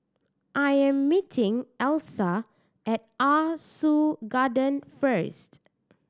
I'm meeting Elsa at Ah Soo Garden first